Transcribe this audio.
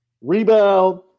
rebound